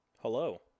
Hello